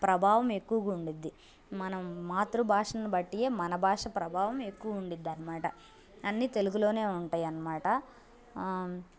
ప్రభావం ఎక్కువగా ఉంటుంది మన మాతృబాషను బట్టియే మన బాష ప్రభావం ఎక్కువ ఉంటుంది అన్నమాట అన్నీ తెలుగులోనే ఉంటాయి అన్నమాట ఆ